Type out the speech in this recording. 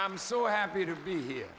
am so happy to be here